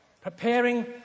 preparing